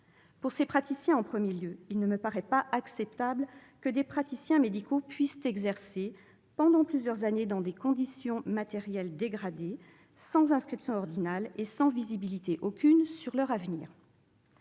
Pour ces praticiens, en premier lieu. Il ne me paraît pas acceptable que des praticiens médicaux puissent exercer pendant plusieurs années dans des conditions matérielles dégradées, sans inscription ordinale et sans visibilité aucune sur leur avenir.